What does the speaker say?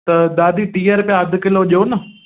त दादी टीह रुपया अधु किलो ॾियो न